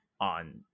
on